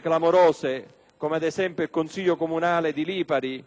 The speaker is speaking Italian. clamorose, come quella del consiglio comunale di Lipari che si trasferisce a Sanremo per protestare contro i tagli alla Siremar.